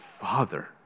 Father